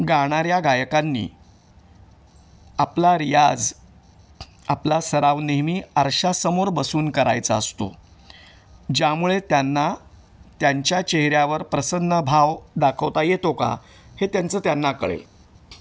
गाणाऱ्या गायकांनी आपला रियाज आपला सराव नेहमी आरशासमोर बसून करायचा असतो ज्यामुळे त्यांना त्यांच्या चेहऱ्यावर प्रसन्न भाव दाखवता येतो का हे त्यांचं त्यांना कळेल